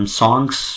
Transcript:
songs